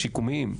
שיקומיים.